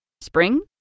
Spring